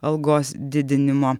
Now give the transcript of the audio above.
algos didinimo